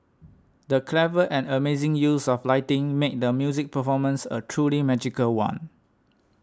the clever and amazing use of lighting made the musical performance a truly magical one